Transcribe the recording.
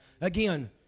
Again